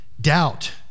Doubt